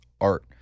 art